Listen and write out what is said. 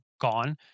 gone